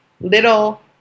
Little